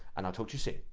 and i'll talk to you soon.